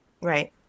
Right